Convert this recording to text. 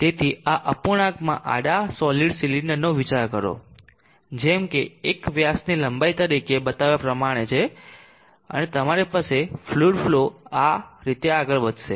તેથી આ અપૂર્ણાંકમાં આડા સોલીડ્સ સિલિન્ડરનો વિચાર કરો જે જેમ કે l વ્યાસની લંબાઈ તરીકે બતાવ્યા પ્રમાણે છે અને તમારી પાસે ફ્લુઈડ ફલો આ રીતે આગળ વધશે